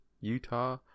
utah